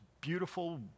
beautiful